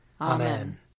Amen